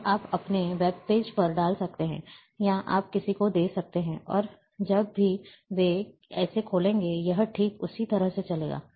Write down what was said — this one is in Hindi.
और आप अपने वेबपेज पर डाल सकते हैं या आप किसी को दे सकते हैं और जब वे इसे खोलेंगे यह ठीक उसी तरह से चलेगा